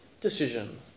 decision